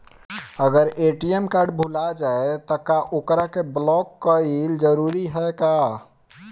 अगर ATM card भूला जाए त का ओकरा के बलौक कैल जरूरी है का?